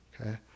Okay